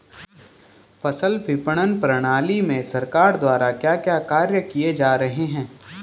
फसल विपणन प्रणाली में सरकार द्वारा क्या क्या कार्य किए जा रहे हैं?